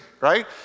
right